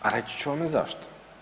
A reći ću vam i zašto.